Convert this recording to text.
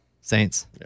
Saints